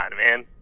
man